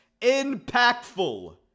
Impactful